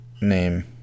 name